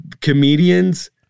comedians